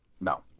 No